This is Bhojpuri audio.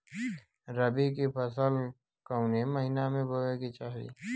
रबी की फसल कौने महिना में बोवे के चाही?